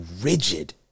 rigid